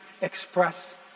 express